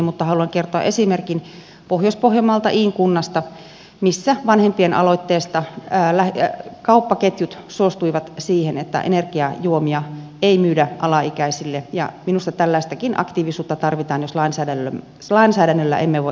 mutta haluan kertoa esimerkin pohjois pohjanmaalta iin kunnasta missä vanhempien aloitteesta kauppaketjut suostuivat siihen että energiajuomia ei myydä alaikäisille ja minusta tällaistakin aktiivisuutta tarvitaan jos lainsäädännöllä emme voi asiaan puuttua